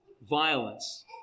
violence